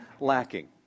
lacking